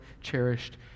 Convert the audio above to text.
cherished